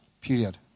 period